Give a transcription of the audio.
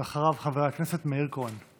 ואחריו, חבר הכנסת מאיר כהן.